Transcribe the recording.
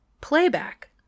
playback